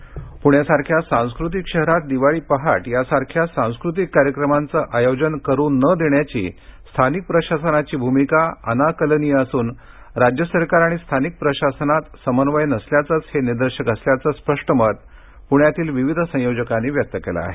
दिवाळी पहाट पुण्यासारख्या सांस्कृतिक शहरात दिवाळी पहाट सारख्या सांस्कृतिक कार्यक्रमांचं आयोजन करू न देण्याची स्थानिक प्रशासनाची भूमिका अनाकलनीय असून राज्य सरकार आणि स्थानिक प्रशासनात समन्वय नसल्याचंच हे निदर्शक असल्याचं स्पष्ट मत प्रण्यातील विविध संयोजकांनी व्यक्त केलं आहे